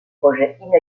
projets